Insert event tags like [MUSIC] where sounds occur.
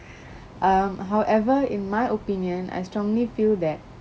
[BREATH] um however in my opinion I strongly feel that